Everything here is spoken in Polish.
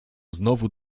znowu